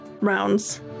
rounds